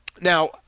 Now